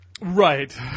Right